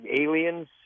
aliens